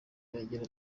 iragira